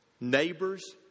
Neighbors